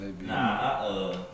Nah